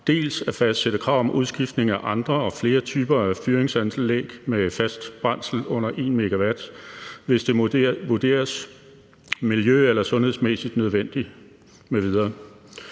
dels at fastsætte krav om udskiftning af andre og flere typer af fyringsanlæg med fast brændsel under 1 MW, hvis det vurderes miljø- eller sundhedmæssigt nødvendigt